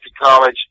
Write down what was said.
college